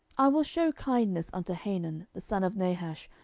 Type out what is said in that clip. i will shew kindness unto hanun the son of nahash,